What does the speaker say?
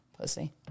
pussy